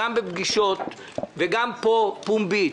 גם בפגישות וגם פה בפומבי,